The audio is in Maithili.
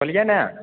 बोलिए ने